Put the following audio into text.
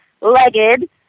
legged